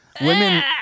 Women